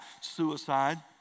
suicide